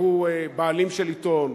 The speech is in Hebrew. שהוא בעלים של עיתון,